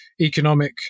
economic